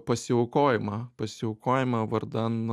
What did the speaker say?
pasiaukojimą pasiaukojimą vardan